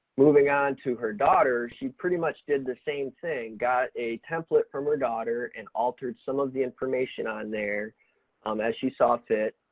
moving on to her daughter, she pretty much did the same thing. got a template from her daughter and altered some of the information on there um as she saw fit.